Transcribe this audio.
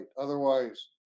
Otherwise